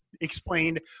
explained